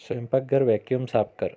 स्वयंपाकघर वॅक्युम साफ कर